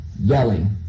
Yelling